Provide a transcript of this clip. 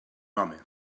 home